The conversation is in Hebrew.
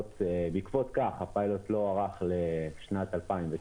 בעקבות כך הפיילוט לא הוארך לשנת 2019,